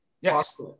Yes